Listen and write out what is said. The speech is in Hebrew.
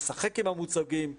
לשחק עם המוצגים,